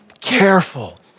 careful